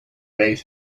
made